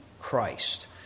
Christ